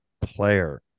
player